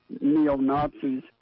neo-nazis